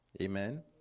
Amen